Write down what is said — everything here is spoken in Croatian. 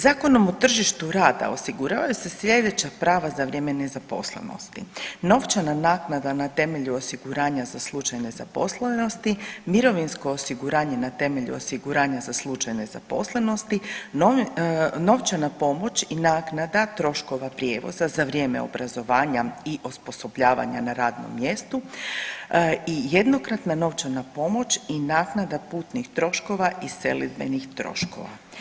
Zakonom o tržištu rada osiguravaju se slijedeća prava za vrijeme nezaposlenosti, novčana naknada na temelju osiguranja za slučaj nezaposlenosti, mirovinsko osiguranje na temelju osiguranja za slučaj nezaposlenosti, novčana pomoć i naknada troškova prijevoza za vrijeme obrazovanja i osposobljavanja na radnom mjestu i jednokratna novčana pomoć i naknada putnih troškova i selidbenih troškova.